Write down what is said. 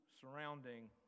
surrounding